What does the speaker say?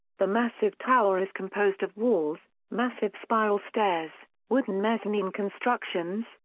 the massive tower is composed of walls, massive spiral stairs, wooden mezzanine constructions,